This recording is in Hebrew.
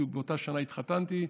בדיוק באותה שנה התחתנתי.